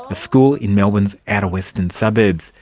a school in melbourne's outer western suburbs.